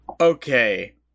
Okay